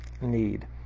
need